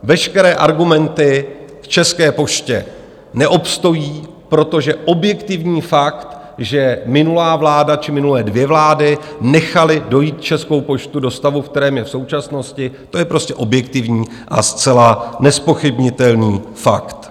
Veškeré argumenty k České poště neobstojí, protože objektivní fakt, že minulá vláda či minulé dvě vlády nechaly dojít Českou poštu do stavu, v kterém je v současnosti, to je prostě objektivní a zcela nezpochybnitelný fakt.